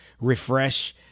refresh